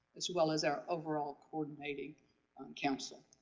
as well as our overall coordinating council.